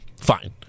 fine